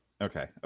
Okay